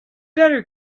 better